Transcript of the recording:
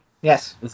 Yes